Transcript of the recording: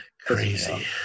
Crazy